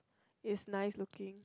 is nice looking